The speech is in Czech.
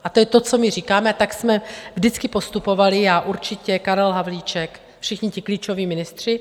A to je to, co my říkáme, a tak jsme vždycky postupovali já určitě, Karel Havlíček, všichni klíčoví ministři.